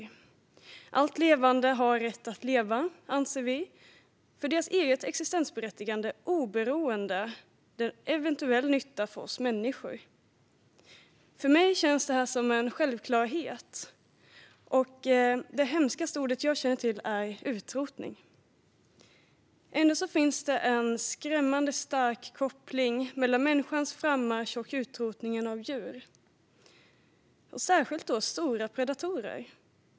Vi anser att allt levande har rätt att leva och ett existensberättigande oberoende av eventuell nytta för oss människor. För mig känns detta som en självklarhet. Det hemskaste ordet jag känner till är "utrotning". Ändå finns det finns det en skrämmande stark koppling mellan människans frammarsch och utrotningen av djur, särskilt stora predatorer.